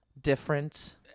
different